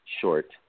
short